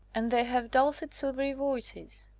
and they have dulcet silvery voices.